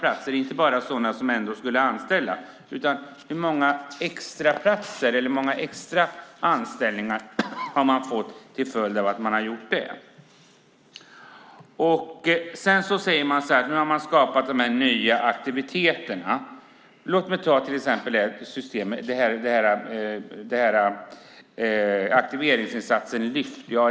Det gäller inte bara sådana som ändå skulle anställda, utan hur många extra anställningar har man fått till följd av att man gjort detta? Nu har man skapat de nya aktiviteterna. Låt mig ta aktiveringsinsatsen Lyft.